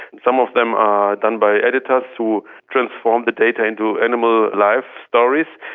some of them are done by editors who transform the data into animal life stories.